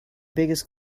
biggest